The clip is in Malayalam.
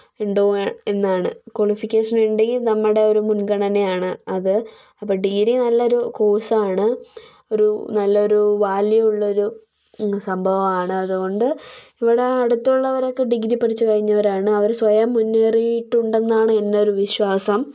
ഉണ്ടോ എന്നാണ് ക്വാളിഫിക്കേഷൻ ഉണ്ടെങ്കിൽ നമ്മടെ ഒരു മുൻഗണന ആണ് അത് അപ്പം ഡിഗ്രി നല്ലൊരു കോഴ്സ് ആണ് ഒരു നല്ലൊരു വാല്യൂ ഉള്ളൊരു സംഭവമാണ് അതുകൊണ്ട് ഇവിടെ അടുത്തുള്ളവരൊക്കെ ഡിഗ്രി പഠിച്ച് കഴിഞ്ഞവരാണ് അവര് സ്വയം മുന്നേറിയിട്ടുണ്ടെന്നാണ് എൻ്റെ ഒരു വിശ്വാസം